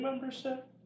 membership